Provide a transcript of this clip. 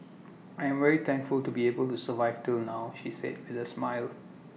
I am very thankful to be able to survive till now she said with A smile